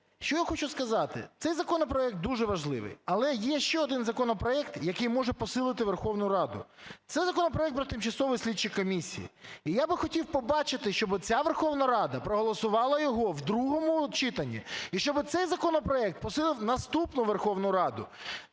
Що я хочу сказати? Цей законопроект дуже важливий, але є ще один законопроект, який може посилити Верховну Раду, це законопроект про тимчасові слідчі комісії, і я би хотів побачити, щоби ця Верховна Рада проголосувала його в другому читанні, і щоби цей законопроект посилив наступну Верховну Раду